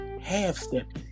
half-stepping